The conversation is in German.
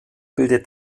bildet